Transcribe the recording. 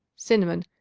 cinnamon,